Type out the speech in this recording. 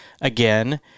again